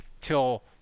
till